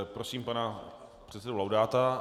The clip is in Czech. Prosím pana předsedu Laudáta.